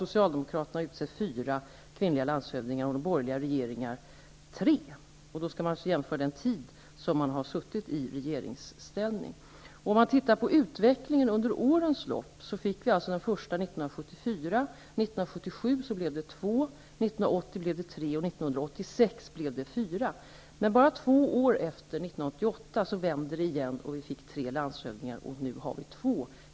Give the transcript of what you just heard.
Socialdemokratiska regeringar har utsett fyra kvinnliga landshövdingar, de borgerliga tre. Då skall man alltså jämföra den tid som resp. partier har suttit i regeringsställning. Utvecklingen under årens lopp visar att vi fick den första kvinnliga landshövdingen 1974. 1977 fick vi två, 1980 tre och 1986 fyra. Men bara två år efter, 1988, vände det igen, och vi fick tre kvinnliga landshövdingar. Nu har vi två.